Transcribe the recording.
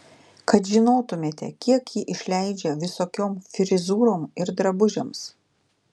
kad žinotumėte kiek ji išleidžia visokiom frizūrom ir drabužiams